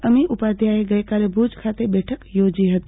અમી ઉપાધ્યાય ગઈકાલે ભુજ ખાતે બેઠક યોજી હતી